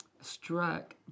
struck